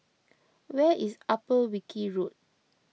where is Upper Wilkie Road